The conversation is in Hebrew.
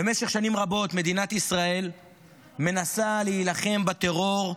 במשך שנים רבות מדינת ישראל מנסה להילחם בטרור,